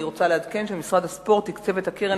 אני רוצה לעדכן שמשרד הספורט תקצב את הקרן